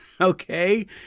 okay